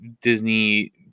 Disney